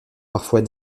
parfois